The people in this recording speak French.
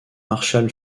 marshall